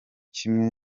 kimwe